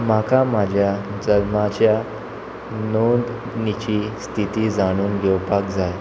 म्हाका म्हाज्या जल्माच्या नोंदणीची स्थिती जाणून घेवपाक जाय